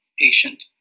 patient